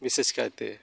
ᱵᱤᱥᱮᱥ ᱠᱟᱭᱛᱮ